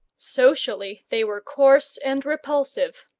socially they were coarse and repulsive.